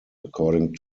according